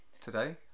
today